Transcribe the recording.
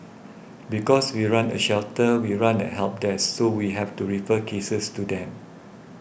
because we run a shelter we run a help desk so we have to refer cases to them